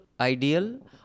ideal